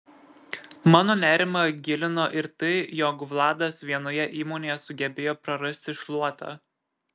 mano nerimą gilino ir tai jog vladas vienoje įmonėje sugebėjo prarasti šluotą